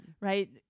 Right